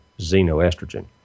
xenoestrogen